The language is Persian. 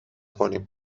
کنیم